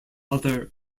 other